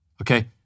okay